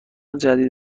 جدید